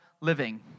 living